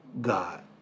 God